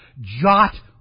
jot